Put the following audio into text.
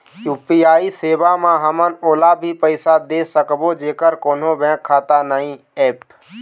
UPI सेवा म हमन ओला भी पैसा दे सकबो जेकर कोन्हो बैंक खाता नई ऐप?